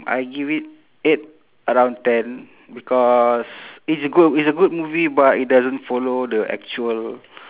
I give it eight out of ten because it's g~ it's a good movie but it doesn't follow the actual